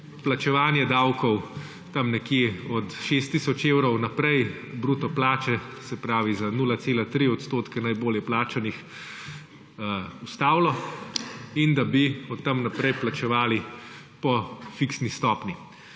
plačevanje davkov tam nekje od 6 tisoč evrov naprej bruto plače, se pravi za 0,3 odstotka najbolj plačanih, ustavilo in da bi od tam naprej plačevali po fiksni stopnji.